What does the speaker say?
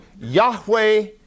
Yahweh